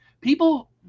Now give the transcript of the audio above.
people